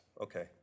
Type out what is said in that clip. Okay